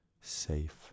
safe